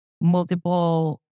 multiple